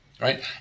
right